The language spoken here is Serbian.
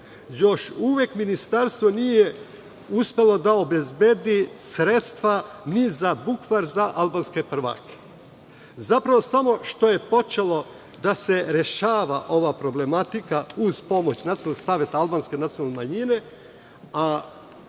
Još uvek ministarstvo nije uspelo da obezbedi sredstva ni za bukvar za albanske prvake. Zapravo, samo što je počelo da se rešava ova problematika, uz pomoć Nacionalnog saveta albanske nacionalne manjine,